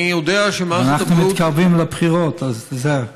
אנחנו מתקרבים לבחירות, אז תיזהר.